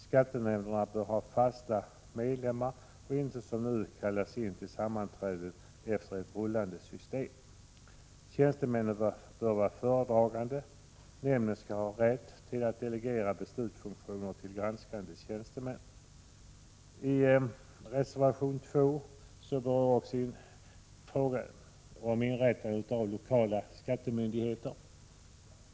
Skattenämnderna bör ha fasta medlemmar och inte, som nu föreslås, kallas in till sammanträden enligt ett rullande system. Tjänstemännen bör vara föredragande och sekreterare. Nämnden skall dock ha rätt att delegera beslutsfunktioner till granskande tjänstemän. I reservation 3 berörs förslaget om inrättandet av s.k. lokala samhällsmyndigheter.